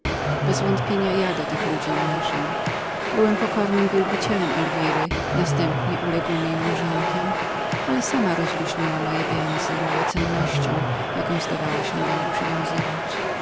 bezwątpienia ja do tych ludzi należę byłem pokornym wielbicielem elwiry następnie uległym jej małżonkiem ale sama zwolniła moje więzy małocennością jaką zdawała się do nich przywięzywać